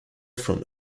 from